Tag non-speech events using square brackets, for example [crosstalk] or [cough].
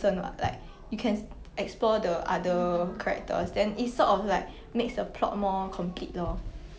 but 你看那个戏看那个人的脸而已 [laughs]